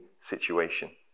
situation